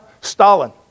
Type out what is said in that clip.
Stalin